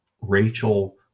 Rachel